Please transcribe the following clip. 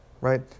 right